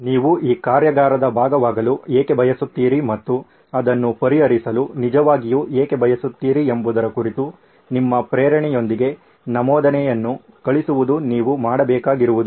ನೀವು ಈ ಕಾರ್ಯಾಗಾರದ ಭಾಗವಾಗಲು ಏಕೆ ಬಯಸುತ್ತೀರಿ ಮತ್ತು ಅದನ್ನು ಪರಿಹರಿಸಲು ನಿಜವಾಗಿಯೂ ಏಕೆ ಬಯಸುತ್ತೀರಿ ಎಂಬುದರ ಕುರಿತು ನಿಮ್ಮ ಪ್ರೇರಣೆಯೊಂದಿಗೆ ನಮೂದನೆಯನ್ನು ಕಳುಹಿಸುವುದು ನೀವು ಮಾಡಬೇಕಾಗಿರುವುದು